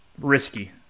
Risky